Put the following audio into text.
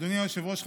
אדוני היושב-ראש,